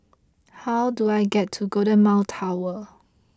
how do I get to Golden Mile Tower